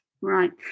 Right